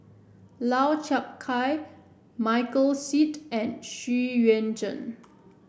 Lau Chiap Khai Michael Seet and Xu Yuan Zhen